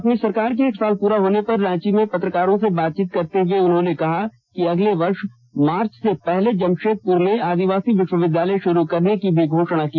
अपनी सरकार के एक साल पूरा होने पर रांची में पत्रकारों से बातचीत करते हुए उन्होंने कहा कि अगले वर्ष मार्च से पहले जमशेदपुर में आदिवासी विश्वविद्यालय शुरू करने की भी घोषणा की